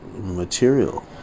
material